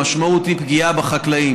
המשמעות היא פגיעה בחקלאים